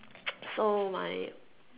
so my